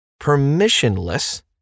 permissionless